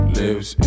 lives